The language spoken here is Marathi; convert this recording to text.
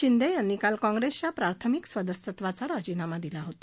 शिंदे यांनी काल काँग्रेसच्या प्राथमिक सदस्यत्वाचा राजीनामा दिला होता